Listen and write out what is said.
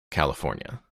california